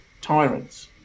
tyrants